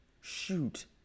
shoot